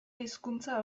hizkuntza